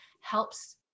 helps